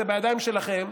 זה בידיים שלכם.